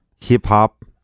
hip-hop